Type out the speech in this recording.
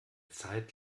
zeit